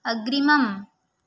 अग्रिमम्